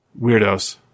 weirdos